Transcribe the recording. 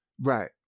right